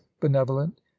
benevolent